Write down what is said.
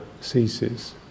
ceases